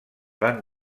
van